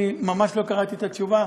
אני ממש לא קראתי את התשובה,